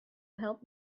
help